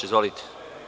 Izvolite.